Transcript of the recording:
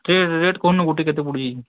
ଠିକ୍ ଅଛି ରେଟ୍ କରୁନ୍ ଗୋଟେ କେତେ ପଡ଼ୁଛି